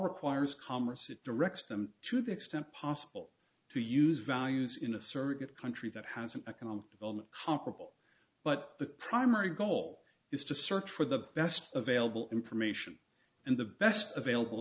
requires commerce it directs them to the extent possible to use values in a surrogate country that has an economic development comparable but the primary goal is to search for the best available information and the best available